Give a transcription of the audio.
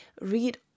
read